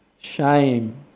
shame